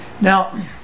Now